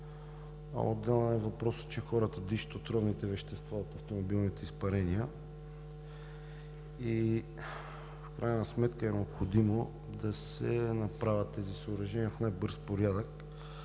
Отделен е въпросът, че хората дишат отровните вещества от автомобилните изпарения. В крайна сметка е необходимо да се направят тези съоръжения в най-бърз порядък.